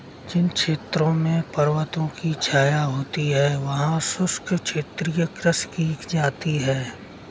जिन क्षेत्रों में पर्वतों की छाया होती है वहां शुष्क क्षेत्रीय कृषि की जाती है